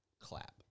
clap